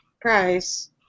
price